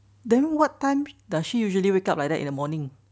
then what time does she usually wake up like that in the morning